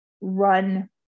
run